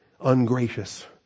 ungracious